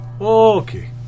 okay